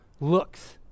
looks